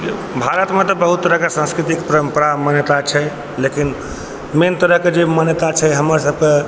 भारतमे तऽ बहुत तरहकेँ सांस्कृतिक परम्परा आ मान्यता छै लेकिन मेन तरहके मान्यता छै जे हमर सबके